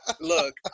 look